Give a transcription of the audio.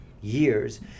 years